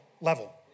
level